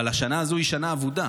אבל השנה הזו היא שנה אבודה.